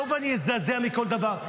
בואו אני אזדעזע מכל דבר.